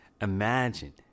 Imagine